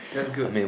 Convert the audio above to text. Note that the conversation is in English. that's good